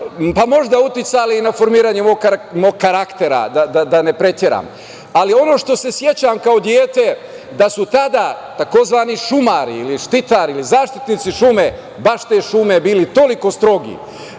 pa možda uticali na formiranje mog karaktera, da ne preteram. Ono što se sećam kao dete, da su tada tzv. šumari ili štitari, ili zaštitnici šume, baš te šume bili toliko strogi